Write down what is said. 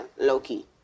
low-key